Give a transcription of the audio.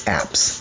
apps